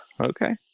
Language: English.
Okay